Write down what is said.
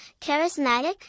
charismatic